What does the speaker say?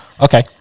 Okay